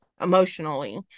emotionally